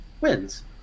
wins